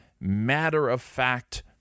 matter-of-fact